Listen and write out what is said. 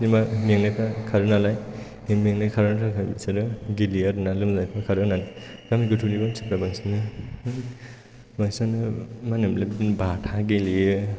जेनेबा मेंनायफोरा खारो नालाय मेंनाय खारहोनो थाखाय बिसोरो गेलेयो आरोना लोमजानायफोरा खारो होननानै गामि गोथौनि मानसिफोरा बांसिनानो माहोनो मोनलाय बिदिनो बाथा गेलेयो